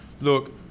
Look